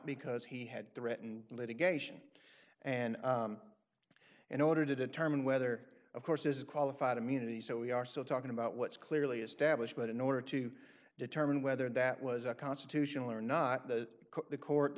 because he had threatened litigation and in order to determine whether of course is qualified immunity so we are still talking about what's clearly established but in order to determine whether that was a constitutional or not that the court the